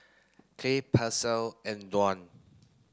Clay Paisley and Dwan